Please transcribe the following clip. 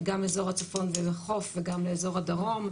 עם האזרח, חיזוק של הקשר המקוון.